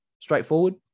Straightforward